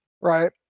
right